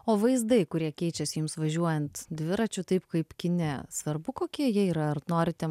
o vaizdai kurie keičiasi jums važiuojant dviračiu taip kaip kine svarbu kokie jie yra ar norite